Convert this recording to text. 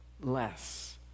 less